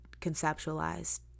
conceptualized